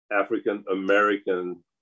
african-american